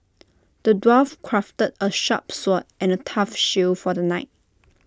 the dwarf crafted A sharp sword and A tough shield for the knight